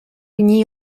n’y